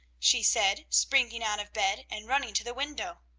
she said, springing out of bed and running to the window.